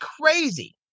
crazy